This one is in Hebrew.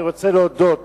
אני רוצה להודות